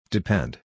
Depend